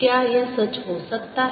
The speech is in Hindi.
क्या यह सच हो सकता है